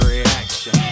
reaction